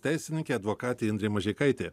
teisininkė advokatė indrė mažeikaitė